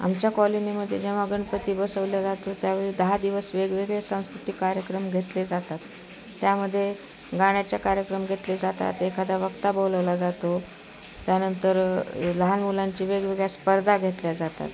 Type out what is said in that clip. आमच्या कॉलनीमध्ये जेव्हा गणपती बसवल्या जातो त्यावेळी दहा दिवस वेगवेगळे सांस्कृतिक कार्यक्रम घेतले जातात त्यामध्येे गाण्याचे कार्यक्रम घेतले जातात एखादा वक्ता बोलवला जातो त्यानंतर लहान मुलांची वेगवेगळ्या स्पर्धा घेतल्या जातात